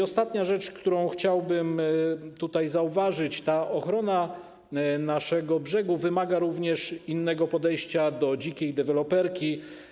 Ostatnia rzecz, którą chciałbym zauważyć - ochrona naszego brzegu wymaga również innego podejścia do dzikiej deweloperki.